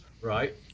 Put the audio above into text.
Right